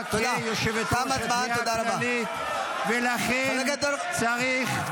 כיושבת-ראש התביעה הכללית ----- תודה.